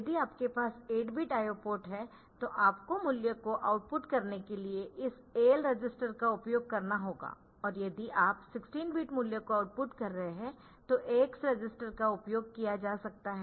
यदि आपके पास 8 बिट IO पोर्ट है तो आपको मूल्य को आउटपुट करने के लिए इस AL रजिस्टर का उपयोग करना होगा और यदि आप 16 बिट मूल्य को आउटपुट कर रहे है तो AX रजिस्टर का उपयोग किया जा सकता है